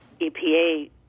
EPA